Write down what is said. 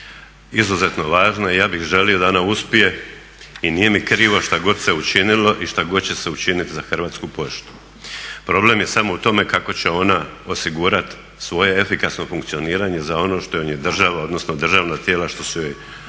izuzetno važna i ja bih želio da ona uspije i nije mi krivo šta god se učinilo i šta god će se učiniti za Hrvatsku poštu. Problem je samo u tome kako će ona osigurati svoje efikasno funkcioniranje za ono što joj je država, odnosno državna tijela što su joj